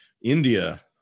India